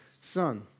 son